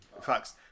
facts